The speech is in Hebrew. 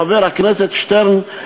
חבר הכנסת שטרן,